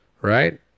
right